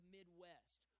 Midwest